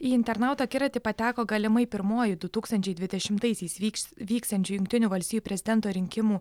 į internautų akiratį pateko galimai pirmuoju du tūkstančiai dvidešimtaisiais vyks vyksiančių jungtinių valstijų prezidento rinkimų